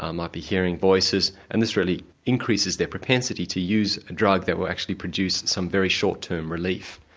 um might be hearing voices, and this really increases their propensity to use a drug that will actually produce some very short term relief.